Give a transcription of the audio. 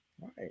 right